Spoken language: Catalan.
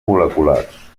moleculars